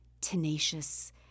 tenacious